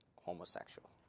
homosexual